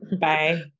Bye